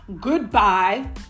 goodbye